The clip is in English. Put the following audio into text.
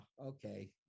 okay